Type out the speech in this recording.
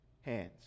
hands